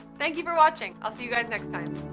thank you for watching, i'll see you guys next time.